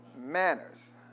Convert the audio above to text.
manners